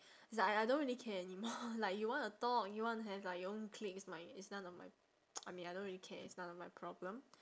it's like I I don't really care anymore like you want to talk you want to have like your own clique it's my it's none of my I mean I don't really care it's none of my problem